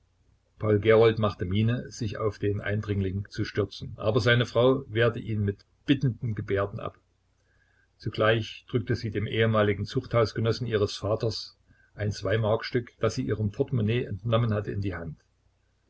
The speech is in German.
paul gerold machte miene sich auf den eindringling zu stürzen aber seine frau wehrte ihn mit bittenden gebärden ab zugleich drückte sie den ehemaligen zuchthausgenossen ihres vaters ein zweimarkstück das sie ihrem portemonnaie entnommen hatte in die hand